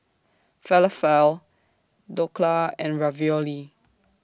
Falafel Dhokla and Ravioli